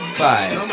five